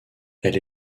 elle